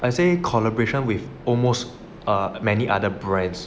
I say collaboration with almost err many other brands